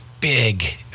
big